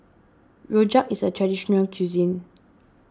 Rojak is a Traditional Local Cuisine